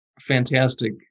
fantastic